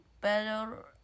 better